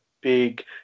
big